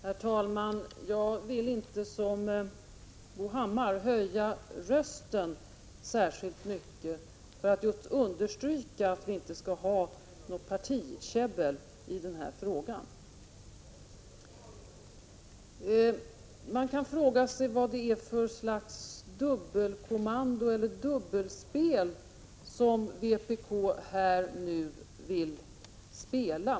Herr talman! Jag vill inte som Bo Hammar höja rösten särskilt mycket för att understryka att vi inte skall ha något partikäbbel i den här frågan. Man kan fråga sig vad det är för slags dubbelkommando eller dubbelspel som vpk här ägnar sig åt.